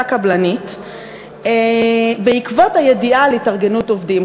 קבלנית בעקבות הידיעה על התארגנות עובדים.